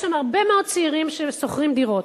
יש שם הרבה מאוד צעירים ששוכרים דירות.